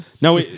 No